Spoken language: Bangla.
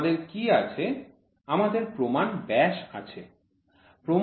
আমাদের কি আছে আমাদের প্রমাণ ব্যাস আছে